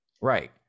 Right